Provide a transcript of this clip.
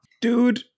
dude